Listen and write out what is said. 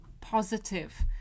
positive